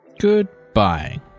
Goodbye